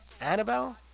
Annabelle